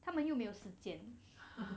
他们又没有时间